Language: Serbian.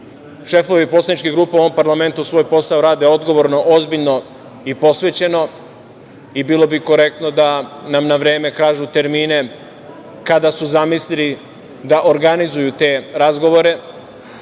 šefovi poslaničkih grupa, u ovom parlamentu, svoj posao rade odgovorno, ozbiljno i posvećeno i bilo bi korektno da nam na vreme kažu termine, kada su zamislili da organizuju te razgovore. Ne